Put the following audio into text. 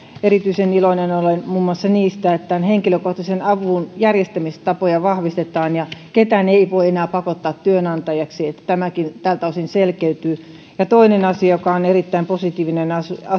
erityisen iloinen olen muun muassa siitä että tämän henkilökohtaisen avun järjestämistapoja vahvistetaan ja ketään ei voi enää pakottaa työnantajaksi että tämäkin tältä osin selkeytyy ja toinen asia joka on erittäin positiivinen on